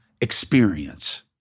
experience